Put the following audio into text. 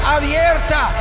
abierta